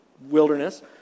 wilderness